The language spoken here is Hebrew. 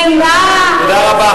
שנאה,